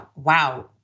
Wow